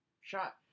shot